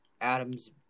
Adam's